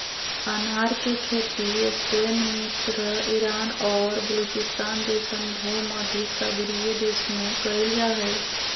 अनार के खेती स्पेन मिस्र ईरान और बलूचिस्तान जैसन भूमध्यसागरीय देश में कइल जा हइ